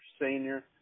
senior